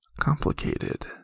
complicated